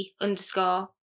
underscore